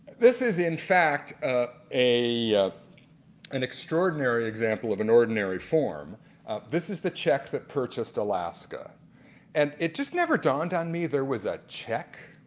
this is in fact ah an extraordinary example of and ordinary form this is the check that purchased alaska and it just never dawned on me there was a check,